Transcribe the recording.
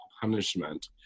punishment